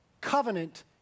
covenant